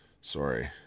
sorry